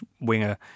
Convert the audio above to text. winger